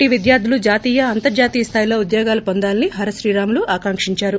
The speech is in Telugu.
టి విద్యార్ధులు జాతీయ అంతర్జాతీయ స్థాయిలో ఉద్యోగాలు వొందాలని హర శ్రీరాములు ఆకాంకించారు